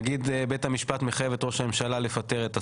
נגיד בית המשפט מחייב את ראש הממשלה לפטר את השר.